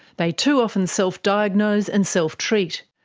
they too often self-diagnose and self-treat.